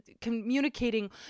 communicating